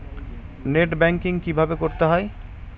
Net banking কীভাবে করতে হয়?